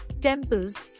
temples